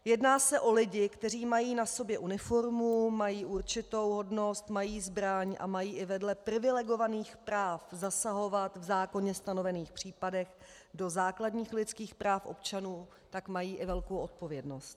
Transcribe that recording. Jedná se o lidi, kteří mají na sobě uniformu, mají určitou hodnost, mají zbraň a mají i vedle privilegovaných práv zasahovat v zákonem stanovených případech do základních lidských práv občanů, tak mají i velkou odpovědnost.